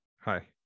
Hi